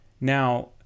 now